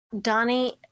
Donnie